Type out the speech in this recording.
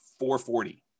440